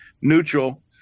neutral